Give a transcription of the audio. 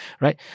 right